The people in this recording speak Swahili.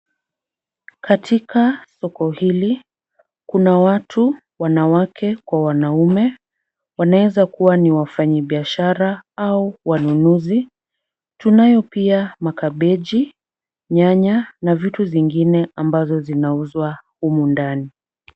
Katika soko hili kuna watu, wanawake kwa wanaume. Wanaeza kuwa ni wafanyabiashara au wanunuzi. Tunayo pia makabeji, nyanya na vitu vingine ambavyo vinauzwa humu ndani.